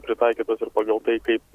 pritaikytas ir pagal tai kaip